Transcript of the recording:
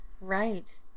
Right